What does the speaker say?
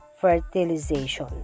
fertilization